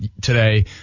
today